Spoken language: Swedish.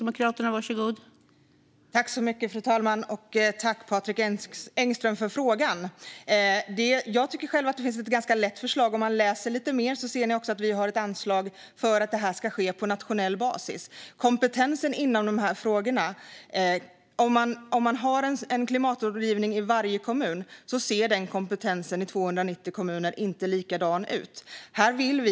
Fru talman! Tack, Patrik Engström, för frågan! Jag tycker att det är ganska enkelt: Om ni läser lite mer ser ni att vi också har ett anslag för att det här ska ske på nationell basis. Om man har en klimatrådgivning i varje kommun ser kompetensen inte likadan ut i 290 kommuner.